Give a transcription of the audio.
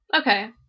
Okay